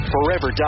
Forever